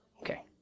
Okay